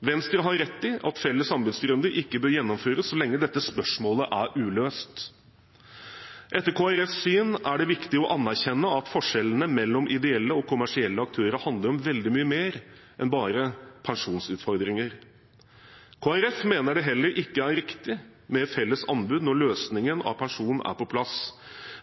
Venstre har rett i at felles anbudsrunde ikke bør gjennomføres så lenge dette spørsmålet er uløst. Etter Kristelig Folkepartis syn er det viktig å anerkjenne at forskjellene mellom ideelle og kommersielle aktører handler om veldig mye mer enn bare pensjonsutfordringer. Kristelig Folkeparti mener det heller ikke er riktig med felles anbud når løsningen av pensjon er på plass.